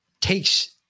takes